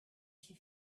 she